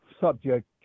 subject